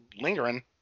lingering